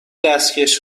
دستکش